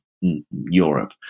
Europe